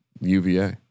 UVA